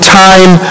time